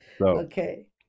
okay